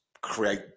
create